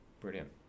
brilliant